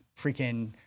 freaking